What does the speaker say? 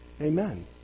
Amen